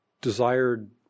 desired